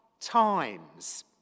times